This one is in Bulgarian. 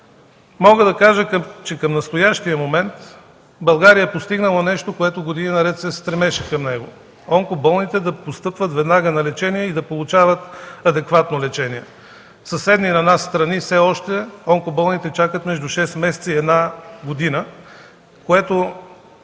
Мога да кажа, че към настоящия момент България е постигнала нещо, към което години наред се стремеше – онкоболните да постъпват веднага на лечение и да получават адекватно лечение. В съседни на нас страни все още онкоболните чакат между шест месеца и една година, което